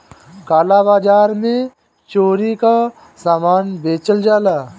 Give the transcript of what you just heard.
काला बाजार में चोरी कअ सामान बेचल जाला